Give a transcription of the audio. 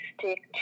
stick